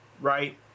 right